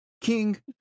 King